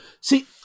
See